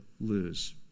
lose